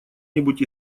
нибудь